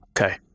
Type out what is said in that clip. okay